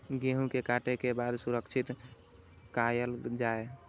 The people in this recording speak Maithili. गेहूँ के काटे के बाद सुरक्षित कायल जाय?